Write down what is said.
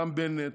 גם בנט,